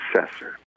successor